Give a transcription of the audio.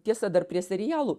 tiesa dar prie serialų